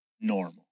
normal